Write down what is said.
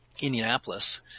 Indianapolis